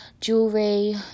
Jewelry